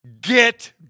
get